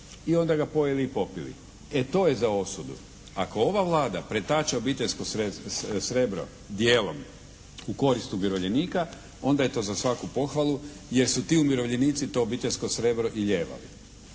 i onda ga pojeli i popili. E to je za osudu. Ako ova Vlada pretače obiteljsko srebro dijelom u korist umirovljenika onda je to za svaku pohvalu jer su ti umirovljenici to obiteljsko srebro i lijevali.